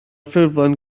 ffurflen